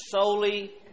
solely